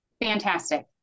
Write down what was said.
Fantastic